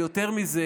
ויותר מזה,